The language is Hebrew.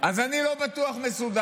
אז אני לא בטוח מסודר.